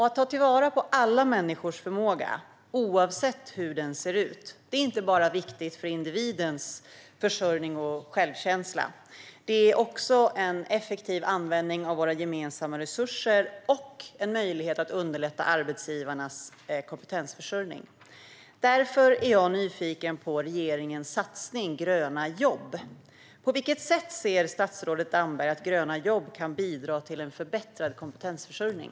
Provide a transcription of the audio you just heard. Att ta till vara alla människors förmågor, oavsett hur de ser ut, är viktigt, inte bara individens försörjning och självkänsla. Det handlar också om effektiv användning av våra gemensamma resurser och en möjlighet att underlätta arbetsgivarnas kompetensförsörjning. Jag är nyfiken på regeringens satsning på gröna jobb. På vilket sätt ser statsrådet Damberg att gröna jobb kan bidra till förbättrad kompetensförsörjning?